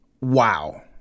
wow